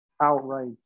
outright